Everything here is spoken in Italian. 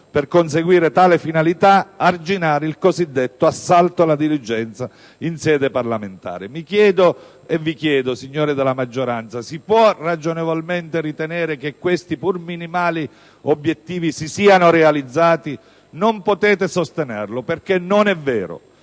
per conseguire tale finalità, arginare il cosiddetto assalto alla diligenza in sede parlamentare. Mi chiedo e vi chiedo, signori della maggioranza: si può ragionevolmente ritenere che questi, pur minimali, obiettivi si siano realizzati? Non potete sostenerlo, perché non è vero.